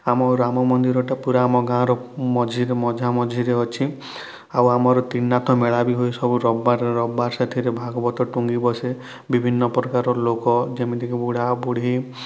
ଆମ ରାମ ମନ୍ଦିରଟା ପୁରା ଆମ ଗାଁର ମଝିରେ ମଝା ମଝିରେ ଅଛି ଆଉ ଆମର ତ୍ରିନାଥ ମେଳା ବି ହୁଏ ସବୁ ରବିବାର ରବିବାର ସେଥିରେ ଭାଗବତ ଟୁଙ୍ଗି ବସେ ବିଭିନ୍ନ ପ୍ରକାରର ଲୋକ ଯେମିତିକି ବୁଢ଼ାବୁଢ଼ୀ